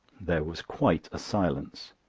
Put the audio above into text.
there was quite a silence.